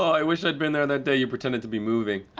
i wish i'd been there that day, you pretended to be moving.